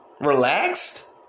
relaxed